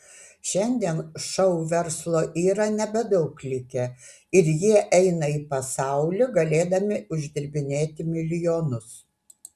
šiandien šou verslo yra nebedaug likę ir jie eina į pasaulį galėdami uždirbinėti milijonus